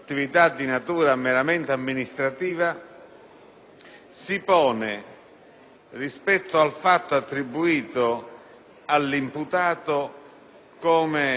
si pone, rispetto al fatto attribuito all'imputato, come condizione scriminante